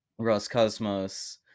roscosmos